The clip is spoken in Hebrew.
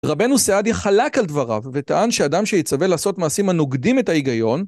רבנו סעדיה חלק על דבריו וטען שאדם שיצווה לעשות מעשים הנוגדים את ההיגיון